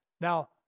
Now